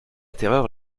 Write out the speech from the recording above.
terreur